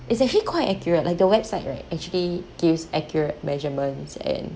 it's actually quite accurate like the website right actually gives accurate measurements and